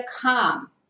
calm